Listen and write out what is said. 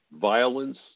violence